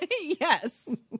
yes